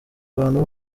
abantu